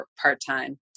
part-time